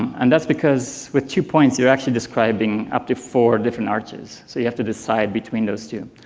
and that's because with two points you're actually describing up to four different arches, so you have to decide between those two.